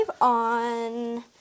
on